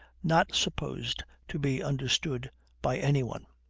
not supposed to be understood by any one.